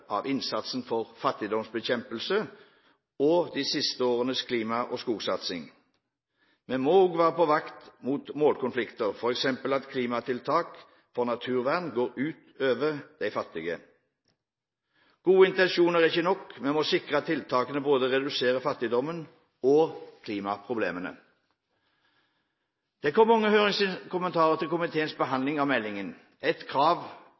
av innsatsen for fattigdomsbekjempelse og av de siste årenes klima- og skogsatsing. Vi må også være på vakt mot målkonflikter, f.eks. at klimatiltak for naturvern går ut over de fattige. Gode intensjoner er ikke nok, vi må sikre at tiltakene reduserer både fattigdommen og klimaproblemene. Det kom mange høringskommentarer til komiteens behandling av meldingen. Ett krav